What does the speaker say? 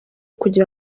kugira